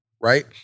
right